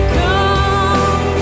come